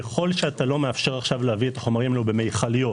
ככל שאתה לא מאפשר להביא את החומרים במיכליות,